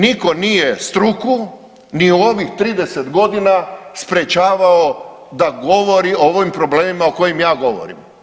Nitko nije struku ni u ovih 30 godina sprječavao da govori o ovim problemima o kojima ja govorim.